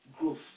growth